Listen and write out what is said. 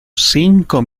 cinco